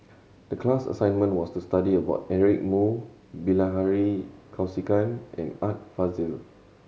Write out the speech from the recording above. the class assignment was to study about Eric Moo Bilahari Kausikan and Art Fazil